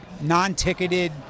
non-ticketed